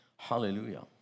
hallelujah